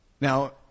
Now